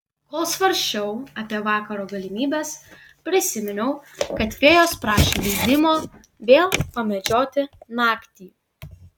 kol svarsčiau apie vakaro galimybes prisiminiau kad fėjos prašė leidimo vėl pamedžioti naktį